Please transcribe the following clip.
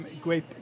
great